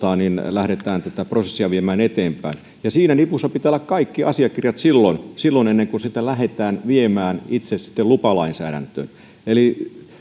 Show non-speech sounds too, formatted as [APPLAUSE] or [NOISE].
lähdetään tätä prosessia viemään eteenpäin siinä nipussa pitää olla kaikki asiakirjat silloin silloin ennen kuin sitä lähdetään sitten viemään itse lupalainsäädäntöön eli [UNINTELLIGIBLE]